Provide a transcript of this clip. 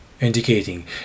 Indicating